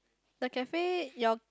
the cafe your